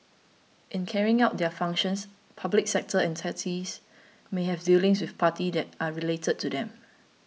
in carrying out their functions public sector entities may have dealings with parties that are related to them